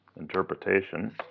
Interpretation